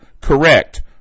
correct